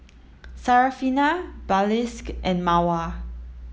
Syarafina and Mawar